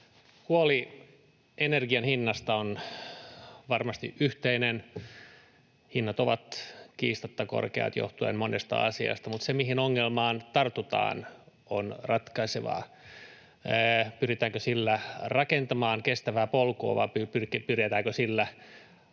Huoli energian hinnasta on varmasti yhteinen. Hinnat ovat kiistatta korkeat johtuen monesta asiasta, mutta se, mihin ongelmaan tartutaan, on ratkaisevaa: pyritäänkö sillä rakentamaan kestävää polkua, vai pyritäänkö sillä hajottamaan